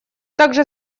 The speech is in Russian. также